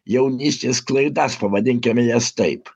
jaunystės klaidas pavadinkime jas taip